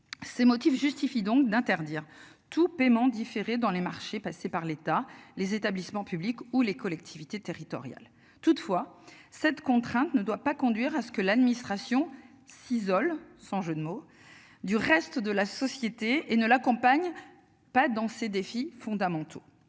Ces motifs justifient donc d'interdire tout paiement différé dans les marchés passés par l'État, les établissements publics ou les collectivités territoriales. Toutefois cette contrainte ne doit pas conduire à ce que l'administration s'isole sans jeu de mots du reste de la société et ne l'accompagne. Pas dans ces défis fondamentaux